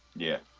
yeah,